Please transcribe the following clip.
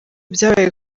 byabaye